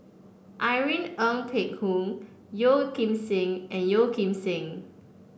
Irene Ng Phek Hoong Yeo Kim Seng and Yeo Kim Seng